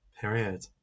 Period